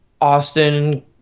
Austin